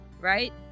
right